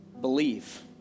believe